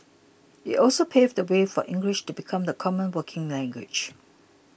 it also paved the way for English to become the common working language